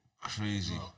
crazy